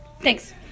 Thanks